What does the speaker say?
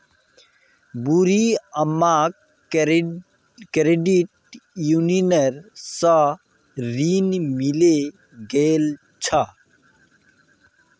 बूढ़ी अम्माक credit union स ऋण मिले गेल छ